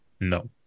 No